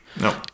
no